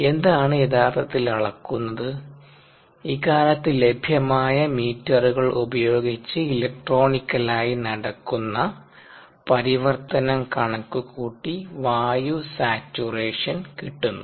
എന്താണ് യഥാർത്ഥത്തിൽ അളക്കുന്നത് ഇക്കാലത്ത് ലഭ്യമായ മീറ്ററുകൾ ഉപയോഗിച്ച് ഇലക്ട്രോണിക്കലായി നടക്കുന്ന പരിവർത്തനം കണക്കുകൂട്ടി വായു സാച്ചുറേഷൻ കിട്ടുന്നു